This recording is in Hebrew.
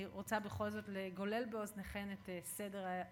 אני רוצה בכל זאת לגולל באוזניכן את סדר ההתרחשויות.